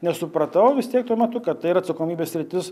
nesupratau vis tiek tuo metu kad tai yra atsakomybės sritis